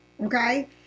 okay